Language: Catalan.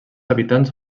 habitants